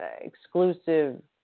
exclusive